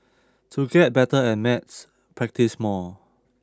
to get better at maths practise more